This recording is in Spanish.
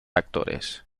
actores